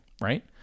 right